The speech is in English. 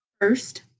first